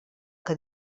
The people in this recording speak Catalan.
que